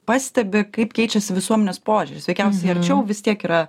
pastebi kaip keičiasi visuomenės požiūris veikiausiai arčiau vis tiek yra